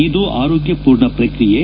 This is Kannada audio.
ಇದು ಆರೋಗ್ಯ ಪೂರ್ಣ ಪ್ರಕ್ರಿಯೆ